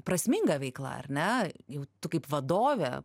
prasminga veikla ar ne jau tu kaip vadovė